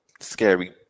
scary